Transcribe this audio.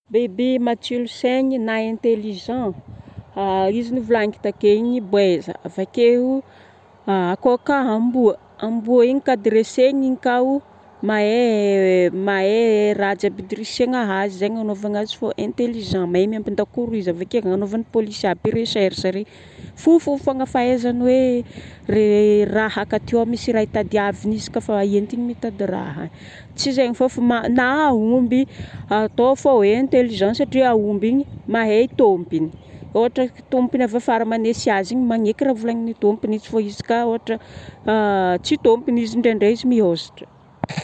Biby matsilo saigny na intelligent. Izy novaligniky takeo igny boeza .Avakeo ko ka amboa. Amboa igny ko dressegny ka o.Mahai mahai raha jiaby dressegna azy zegny agnanovagnazy fa intelligent fô intelligent. Mahai miambondakoro izy, avakeo koa agnanovan polisy aby recherche regny. Fohifohy fogna fahaizany hoe raha ka ka ty o misy raha itadiavigny izy ko fa mitady raha. Tsy zegny fo fa ma na aomby atao fo intelligent satria aomby igny mahay tompiny. Ôhatra ke tompiny manesy azy aviafara azy igny magneky raha volagniny tompiny. Izy ko fa izy ka ôhatra tsy tompiny izy ndraindrai izy miôzatra.